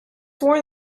sworn